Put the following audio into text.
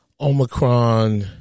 Omicron